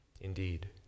Indeed